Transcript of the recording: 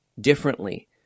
differently